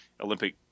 Olympic